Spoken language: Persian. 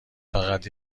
فقط